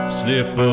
slip